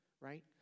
right